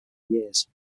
years